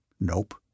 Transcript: Nope